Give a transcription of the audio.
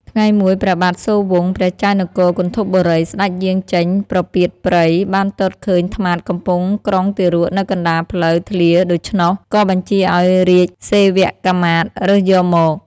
ថ្ងៃមួយ ព្រះបាទសូរវង្ស ព្រះចៅនគរគន្ធពបូរីស្តេចយាងចេញប្រពាតព្រៃបានទតឃើញត្មាតកំពុងក្រុងទារកនៅកណ្តាលផ្លូវធ្លាដូច្នោះ ក៏បញ្ជាឲ្យរាជសេវកាមាត្យរើសយកមក។